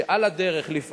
שעל הדרך, לפעמים,